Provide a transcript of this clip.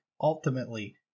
ultimately